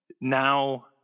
Now